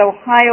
Ohio